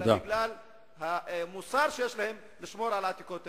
אלא בגלל המוסר שיש להם לשמור על העתיקות האלה.